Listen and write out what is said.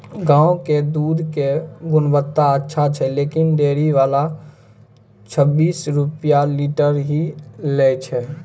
गांव के दूध के गुणवत्ता अच्छा छै लेकिन डेयरी वाला छब्बीस रुपिया लीटर ही लेय छै?